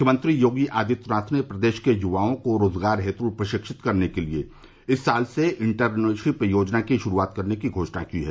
मुख्यमंत्री योगी आदित्यनाथ ने प्रदेश के युवाओं को रोजगार हेतु प्रशिक्षित करने के लिए इस साल से इंटर्नशिप योजना की शुरूआत करने की घोषणा की है